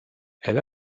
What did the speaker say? elle